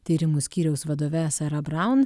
tyrimų skyriaus vadove sara braun